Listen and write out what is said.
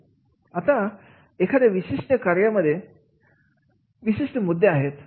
आता एखाद्या विशिष्ट कार्य यामध्ये विशिष्ट मुद्दे आहेत